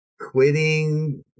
quitting